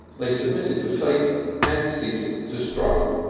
like submitted to fate and ceased to struggle.